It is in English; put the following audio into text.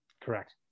Correct